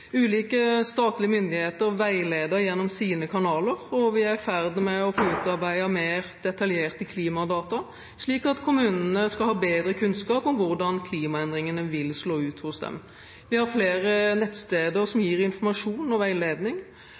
Ulike statlige myndigheter veileder gjennom sine kanaler, og vi er i ferd med å få utarbeidet mer detaljerte klimadata, slik at kommunene skal ha bedre kunnskap om hvordan klimaendringene vil slå ut hos dem. Vi har flere nettsteder som gir informasjon og veiledning